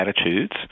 attitudes